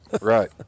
right